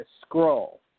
scroll